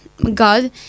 god